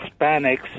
Hispanics